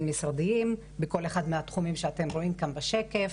משרדיים בכל אחד מהתחומים שאתם רואים בשקף,